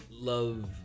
love